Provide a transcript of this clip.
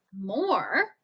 more